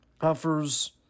Offers